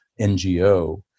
NGO